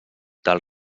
del